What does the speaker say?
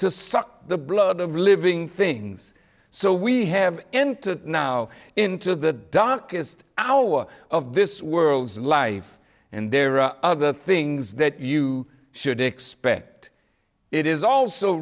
to suck the blood of living things so we have entered now into the darkest hour of this world's life and there are other things that you should expect it is also